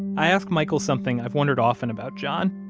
i asked michael something i've wondered often about john,